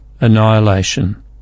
annihilation